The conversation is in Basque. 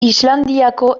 islandiako